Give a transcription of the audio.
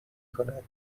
کند